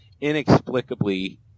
inexplicably